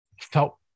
felt